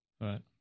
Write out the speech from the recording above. Right